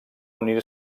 unir